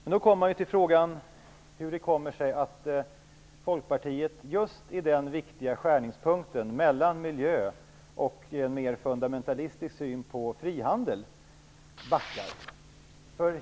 Men frågan är hur det kommer sig att Folkpartiet just i den viktiga skärningspunkten mellan miljö och en mer fundamentalistisk syn på frihandel backar.